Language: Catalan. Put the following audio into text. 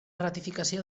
ratificació